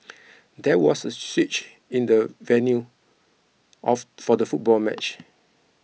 there was a switch in the venue of for the football match